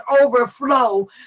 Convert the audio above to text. overflow